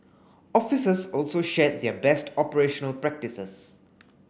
officers also shared their best operational practices